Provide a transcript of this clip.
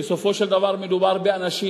בסופו של דבר מדובר באנשים,